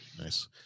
Nice